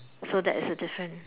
so that is the difference